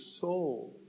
soul